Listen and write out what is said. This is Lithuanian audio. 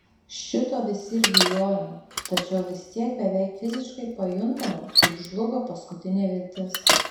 šito visi ir bijojome tačiau vis tiek beveik fiziškai pajuntame kaip žlugo paskutinė viltis